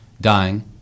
dying